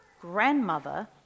grandmother